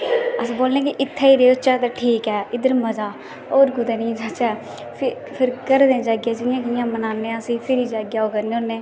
अस बोलनै की इत्थें रौहचे ते ठीक ऐ इद्धर मज़ा होर कुदै निं जाचै फिर घरें जियां कियां मनाने उसी ते फिर जाइयै ओह् करने होने